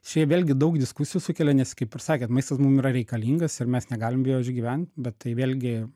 čia jie vėlgi daug diskusijų sukelia nes kaip ir sakėt maistas mum yra reikalingas ir mes negalim be jo išgyvent bet tai vėlgi